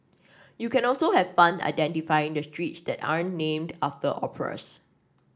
you can also have fun identifying the streets that aren't named after operas